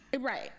Right